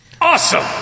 Awesome